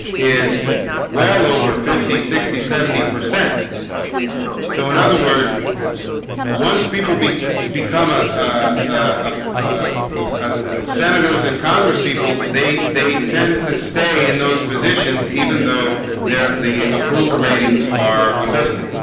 is well over fifty sixty seventy percent so in other words once people be become ah ah a ah senators and congresspeople they they tend to stay in those positions even though they're the approval ratings are abysmal